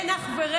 אין אח ורע,